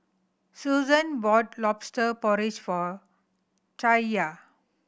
Susann bought Lobster Porridge for Chaya